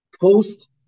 post